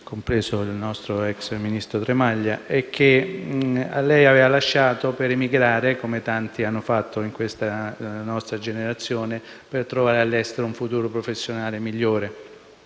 compreso il nostro ex ministro Tremaglia e che lei aveva lasciato per emigrare - come tanti hanno fatto in questa nostra generazione - per trovare all'estero un futuro professionale migliore.